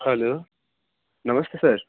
hello नमस्ते sir